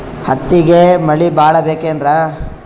ಹತ್ತಿಗೆ ಮಳಿ ಭಾಳ ಬೇಕೆನ್ರ?